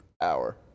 hour